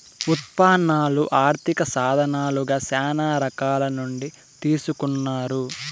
ఉత్పన్నాలు ఆర్థిక సాధనాలుగా శ్యానా రకాల నుండి తీసుకున్నారు